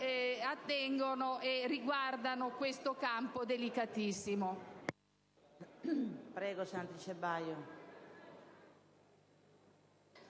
in genere riguardano questo campo delicatissimo.